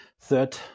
third